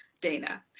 Dana